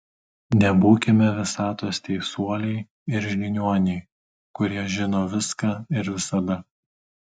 nebūkime visatos teisuoliai ir žiniuoniai kurie žino viską ir visada